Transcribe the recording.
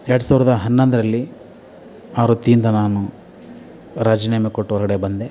ಎರಡು ಸಾವಿರದ ಹನ್ನೊಂದರಲ್ಲಿ ಆ ವೃತ್ತಿಯಿಂದ ನಾನು ರಾಜೀನಾಮೆ ಕೊಟ್ಟು ಹೊರಗಡೆ ಬಂದೆ